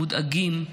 מודאגים,